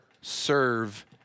serve